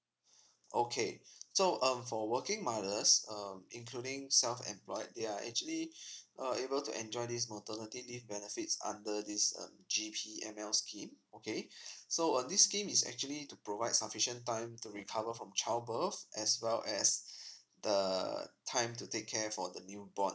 okay so um for working mothers um including self employed they are actually uh able to enjoy these maternity benefits under this um G_P_M_L scheme okay so uh this scheme is actually to provide sufficient time to recover from child above as well as the time to take care for the newborn